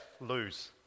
lose